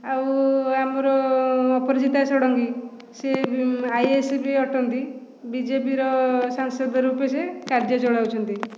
ଆଉ ଆମର ଅପରାଜିତା ଷଡ଼ଙ୍ଗୀ ସେ ଆଇ ଏ ଏସ୍ ବି ଅଟନ୍ତି ବିଜେପିର ସାଂସଦ ରୂପେ ସେ କାର୍ଯ୍ୟ ଚଳାଉଛନ୍ତି